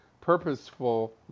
purposeful